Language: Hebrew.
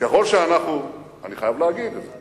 אני חייב להגיד את זה,